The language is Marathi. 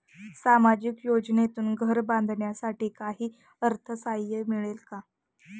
सामाजिक योजनेतून घर बांधण्यासाठी काही अर्थसहाय्य मिळेल का?